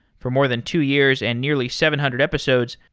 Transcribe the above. for more than two years and nearly seven hundred episodes,